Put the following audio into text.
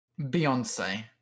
Beyonce